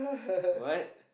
what